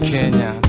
Kenya